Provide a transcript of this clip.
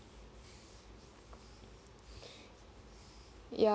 ya